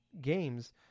games